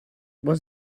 was